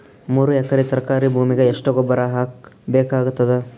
ಮೂರು ಎಕರಿ ತರಕಾರಿ ಭೂಮಿಗ ಎಷ್ಟ ಗೊಬ್ಬರ ಹಾಕ್ ಬೇಕಾಗತದ?